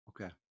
okay